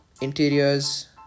Interiors